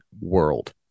world